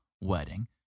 wedding